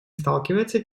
сталкивается